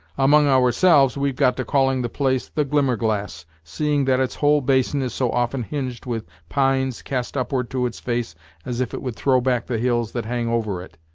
among ourselves, we've got to calling the place the glimmerglass, seeing that its whole basin is so often hinged with pines, cast upward to its face as if it would throw back the hills that hang over it.